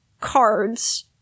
cards